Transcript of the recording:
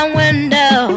window